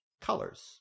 colors